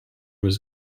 was